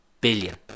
billion